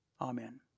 Amen